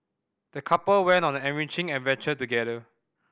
the couple went on an enriching adventure together